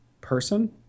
person